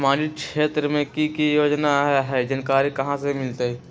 सामाजिक क्षेत्र मे कि की योजना है जानकारी कहाँ से मिलतै?